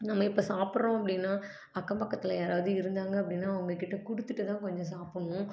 நம்ம இப்போ சாப்பிட்றோம் அப்படின்னா அக்கம் பக்கத்தில் யாராவது இருந்தாங்க அப்படின்னா அவங்கக்கிட்ட கொடுத்துட்டுதான் கொஞ்சம் சாப்பிட்ணும்